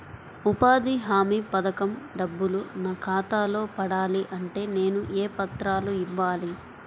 ఉపాధి హామీ పథకం డబ్బులు నా ఖాతాలో పడాలి అంటే నేను ఏ పత్రాలు ఇవ్వాలి?